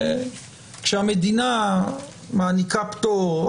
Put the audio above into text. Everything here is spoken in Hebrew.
כשהמדינה מעניקה פטור,